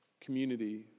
community